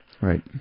right